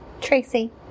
Tracy